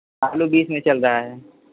आलू बीस में चल रहा है